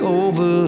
over